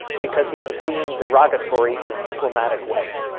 because he was being derogatory in a diplomatic way.